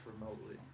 remotely